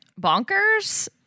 bonkers